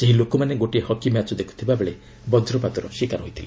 ସେହି ଲୋକମାନେ ଗୋଟିଏ ହକି ମ୍ୟାଚ୍ ଦେଖୁଥିବା ବେଳେ ବଜ୍ରପାତର ଶିକର ହୋଇଛନ୍ତି